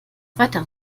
weiteren